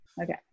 Okay